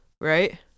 right